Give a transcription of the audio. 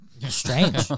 Strange